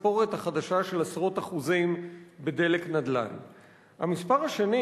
התספורת החדשה של עשרות אחוזים ב"דלק נדל"ן"; המספר השני